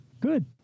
good